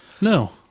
No